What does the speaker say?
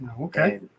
Okay